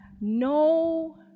No